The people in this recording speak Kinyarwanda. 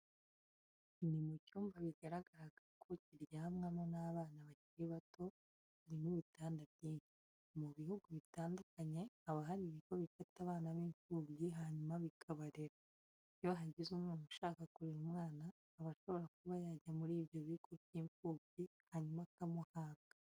Ni mu cyumba bigaragara ko kiryamwamo n'abana bakiri bato, harimo ibitanda byinshi. Mu bihugu bitandukanye haba hari ibigo bifata abana b'imfubyi hanyuma bikabarera. Iyo hagize umuntu ushaka kurera umwana aba ashobora kuba yajya muri ibyo bigo by'imfubyi hanyuma akamuhabwa.